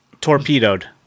torpedoed